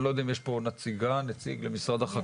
אני לא יודע אם יש פה נציג למשרד החקלאות.